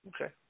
okay